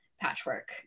patchwork